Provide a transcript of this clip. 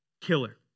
killer